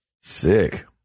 Sick